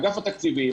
אגף התקציבים,